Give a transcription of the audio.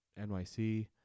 NYC